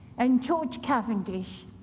and george cavendish,